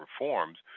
reforms